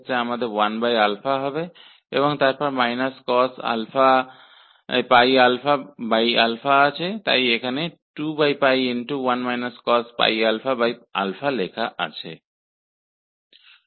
तो यहाँ यह 2 है और चूंकि यहाँ यह माइनस साइन है इसलिए पहले हम इसे 0 रखेंगे इसलिए यहाँ हमारे पास 1 है और फिर हमारे पास cos है जो यहाँ 2 1 cos लिखा है